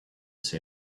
say